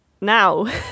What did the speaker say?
Now